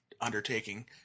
undertaking